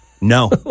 No